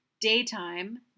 daytime